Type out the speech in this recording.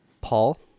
Paul